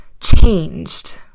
changed